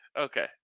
okay